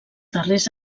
darrers